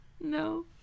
No